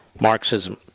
Marxism